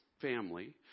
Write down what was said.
family